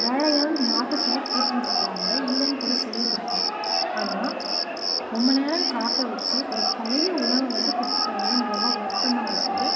வேறையாவது மாற்ற சொல்லி கேட்டிருந்துருக்கலாம் அவங்க இல்லைன்னு கூட சொல்லியிருந்துருக்கலாம் ஆனால் ரொம்ப நேரம் காக்க வச்சு ஒரு பழைய உணவை வந்து கொடுத்துட்டாங்களேனு ரொம்ப வருத்தமாக இருக்குது